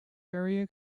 area